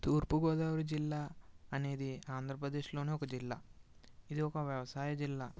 తూర్పుగోదావరి జిల్లా అనేది ఆంధ్రప్రదేశ్లోనే ఒక జిల్లా ఇది ఒక వ్యవసాయ జిల్లా